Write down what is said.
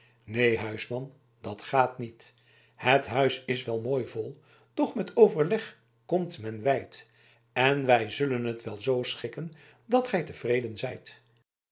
neen huisman dat gaat niet het huis is wel mooi vol doch met overleg komt men wijd en wij zullen het wel zoo schikken dat gij tevreden zijt